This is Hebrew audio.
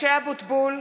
משה אבוטבול,